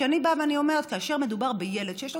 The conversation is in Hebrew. אני באה ואני אומרת: כאשר מדובר בילד שיש לו